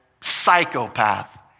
psychopath